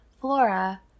Flora